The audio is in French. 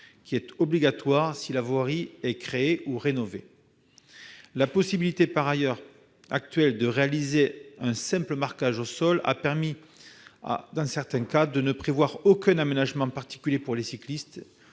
qui est obligatoire si la voirie est créée ou rénovée. En outre, la possibilité actuelle de réaliser un simple marquage au sol a permis, dans certains cas, de ne prévoir aucun aménagement particulier pour les cyclistes